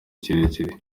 kirekire